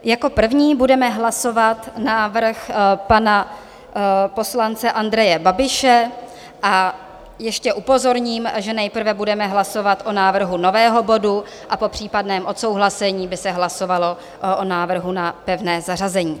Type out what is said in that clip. Jako první budeme hlasovat návrh pana poslance Andreje Babiše a ještě upozorním, že nejprve budeme hlasovat o návrhu nového bodu a po případném odsouhlasení by se hlasovalo o návrhu na pevné zařazení.